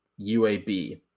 UAB